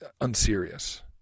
unserious